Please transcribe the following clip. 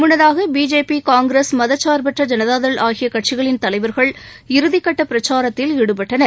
முன்னதாக BJP Congress மதச்சாா்பற்ற ஜனதாதள் ஆகிய கட்சிகளின் தலைவா்கள் இறுதிக்கட்ட பிரச்சாரத்தில் ஈடுபட்டனர்